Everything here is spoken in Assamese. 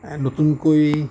নতুনকৈ